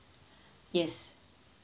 yes